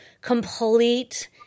complete